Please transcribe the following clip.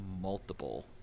multiple